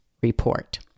report